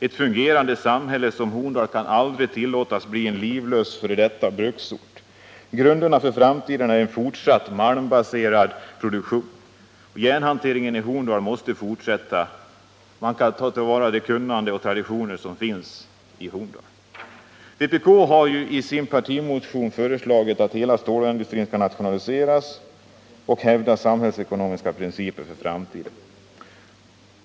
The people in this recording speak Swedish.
Ett fungerande samhälle som Horndal kan aldrig tillåtas bli en livlös före detta bruksort. Grunden för framtiden är en fortsatt malmbaserad produktion. Järnhanteringen i Horndal måste fortsätta. Man kan ta till vara det kunnande och de traditioner som finns i Horndal. Vpk har i sin partimotion föreslagit att hela stålindustrin skall nationaliseras och att samhällsekonomiska principer skall hävdas för framtiden.